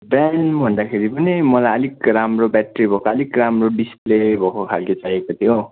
बिहान भन्दाखेरि पनि मलाई अलिक राम्रो ब्याट्री भएको अलिक राम्रो डिस्प्ले भएको खालको चाहिएको थियो